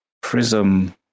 prism